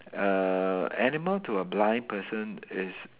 err animal to a blind person is